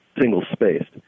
single-spaced